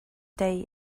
day